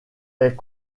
est